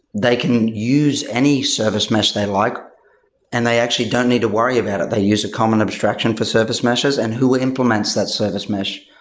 they can use any service mesh they like and they actually don't need to worry about it. they use a common abstraction for service meshes and who implements that service mesh.